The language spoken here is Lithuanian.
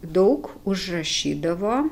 daug užrašydavo